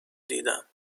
دیدم